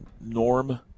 norm